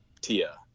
Tia